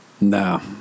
No